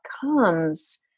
comes